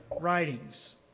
writings